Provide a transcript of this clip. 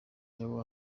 leo